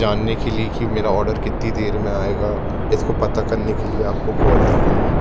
जानने के लिए की मेरा ऑर्डर कितनी देर में आएगा इसको पता करने के लिए आपको कॉल किया हूँ